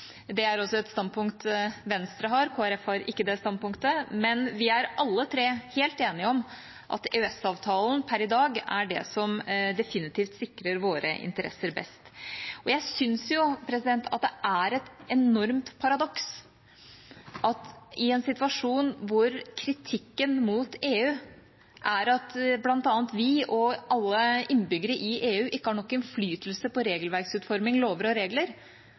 Det er også et standpunkt Venstre har. Kristelig Folkeparti har ikke det standpunktet, men vi er alle tre helt enige om at EØS-avtalen per i dag er det som definitivt sikrer våre interesser best. Jeg syns at det er et enormt paradoks at det i en situasjon der kritikken mot EU er at vi og alle innbyggere i EU ikke har nok innflytelse på regelverksutforming, lover og regler,